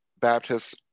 Baptists